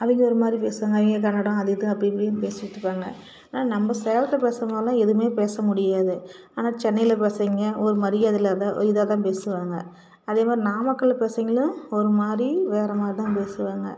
அவங்க ஒரு மாதிரி பேசுவாங்க அவங்க கன்னடம் அது இது அப்படி இப்படின்னு பேசிட்டிருப்பாங்க ஆனால் நம்ப சேலத்தில் பேசுகிறமாரிலாம் எதுவுமே பேச முடியாது ஆனால் சென்னைலிருக்க பசங்கள் ஒரு மரியாதை இல்லாது ஒரு இதாக தான் பேசுவாங்க அதே மாதிரி நாமக்கல் பசங்களும் ஒரு மாதிரி வேறு மாதிரி தான் பேசுவாங்க